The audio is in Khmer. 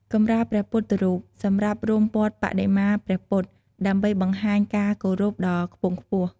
កម្រាលព្រះពុទ្ធរូប សម្រាប់រុំព័ទ្ធបដិមាព្រះពុទ្ធ ដើម្បីបង្ហាញការគោរពដ៏ខ្ពង់ខ្ពស់។